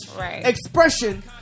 expression